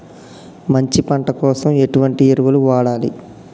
మంచి పంట కోసం ఎటువంటి ఎరువులు వాడాలి?